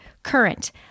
current